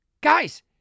Guys